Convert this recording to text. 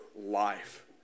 life